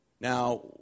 Now